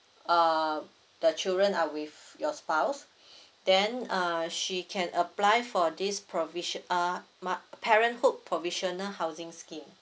uh the children are with your spouse then uh she can apply for this provisi~ uh mo~ parenthood provisional housing scheme